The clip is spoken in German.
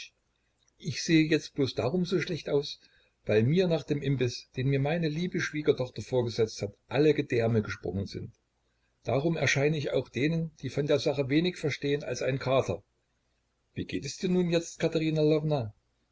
ich sehe jetzt blos darum so schlecht aus weil mir nach dem imbiß den mir meine liebe schwiegertochter vorgesetzt hat alle gedärme gesprungen sind darum erscheine ich auch denen die von der sache wenig verstehen als ein kater wie geht es dir nun jetzt katerina